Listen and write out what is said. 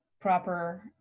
proper